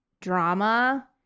drama